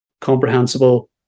comprehensible